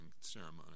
ceremony